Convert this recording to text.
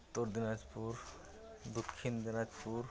ᱩᱛᱛᱚᱨ ᱫᱤᱱᱟᱡᱽᱯᱩᱨ ᱫᱚᱠᱠᱷᱤᱱ ᱫᱤᱱᱟᱡᱽᱯᱩᱨ